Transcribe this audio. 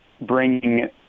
bringing